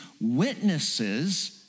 witnesses